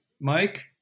Mike